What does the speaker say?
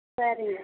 சரிங்க